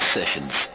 Sessions